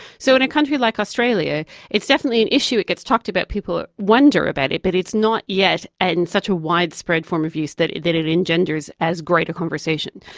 so in a country like australia it's definitely an issue, it gets talked about, people wonder about it, but it's not yet and in such a widespread form of use that it that it engenders as great a conversation.